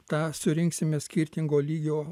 tą surinksime skirtingo lygio